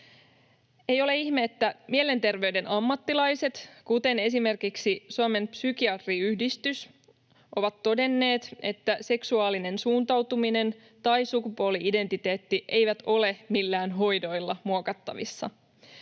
Ei ole ihme, että mielenterveyden ammattilaiset, kuten esimerkiksi Suomen Psykiatriyhdistys, ovat todenneet, että seksuaalinen suuntautuminen tai sukupuoli-identiteetti eivät ole millään hoidoilla muokattavissa.